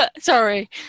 Sorry